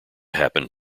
happened